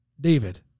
David